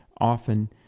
often